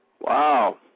Wow